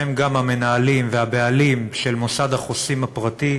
בהם גם המנהלים והבעלים של מוסד החוסים הפרטי,